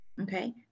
Okay